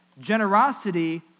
generosity